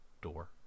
door